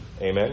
amen